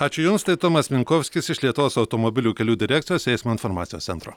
ačiū jums tai tomas minkovskis iš lietuvos automobilių kelių direkcijos eismo informacijos centro